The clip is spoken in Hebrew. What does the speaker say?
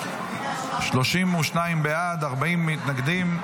32 בעד, 40 מתנגדים.